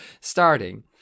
starting